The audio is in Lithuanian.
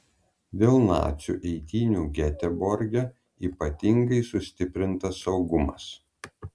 dėl nacių eitynių geteborge ypatingai sustiprintas saugumas